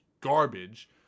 garbage